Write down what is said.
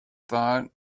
thought